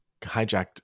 hijacked